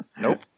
Nope